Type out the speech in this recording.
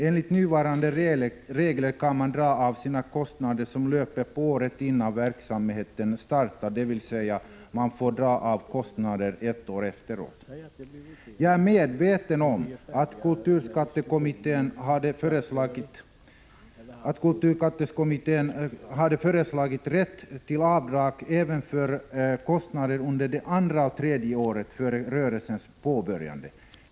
Enligt nuvarande regler kan man dra av de kostnader som löper på året innan verksamheten startar, dvs. man får dra av kostnader ett år efteråt. Jag är medveten om att kulturskattekommittén hade föreslagit rätt till avdrag även för kostnader under det andra och tredje året före rörelsens påbörjande.